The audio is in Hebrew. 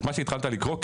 את מה שהתחלת לקרוא?